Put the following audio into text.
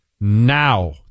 now